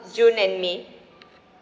june and may